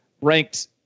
ranked